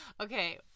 Okay